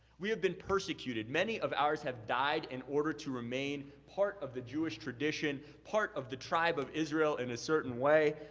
we have been persecuted. many of ours have died in order to remain part of the jewish tradition, part of the tribe of israel in a certain way.